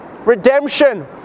redemption